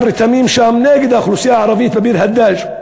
רתמים נגד האוכלוסייה הערבית בביר-הדאג'.